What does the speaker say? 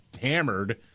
hammered